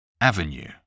Avenue